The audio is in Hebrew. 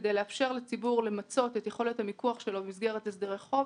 - כדי לאפשר לציבור למצות את יכולת המיקוח שלו במסגרת הסדרי חוב,